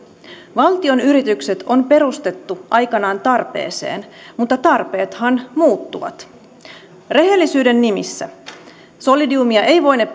valtion yritykset on perustettu aikanaan tarpeeseen mutta tarpeethan muuttuvat rehellisyyden nimissä solidiumia ei voine